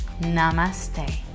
Namaste